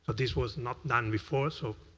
but this was not done before. so